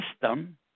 system